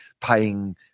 paying